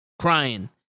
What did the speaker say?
Crying